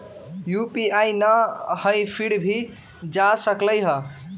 UPI न हई फिर भी जा सकलई ह?